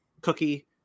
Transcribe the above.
cookie